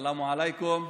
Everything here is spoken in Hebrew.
סלאם עליכום,